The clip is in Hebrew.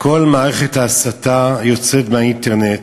כל מערכת ההסתה יוצאת מהאינטרנט,